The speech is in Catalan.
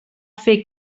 fer